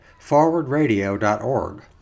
forwardradio.org